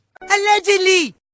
allegedly